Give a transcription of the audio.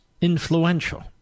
influential